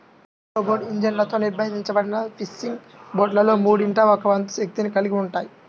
outboard ఇంజన్లతో నిర్బంధించబడిన fishing బోట్లలో మూడింట ఒక వంతు శక్తిని కలిగి ఉంటాయి